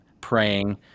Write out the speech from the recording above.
praying